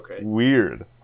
weird